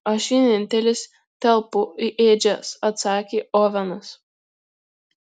aš vienintelis telpu į ėdžias atsakė ovenas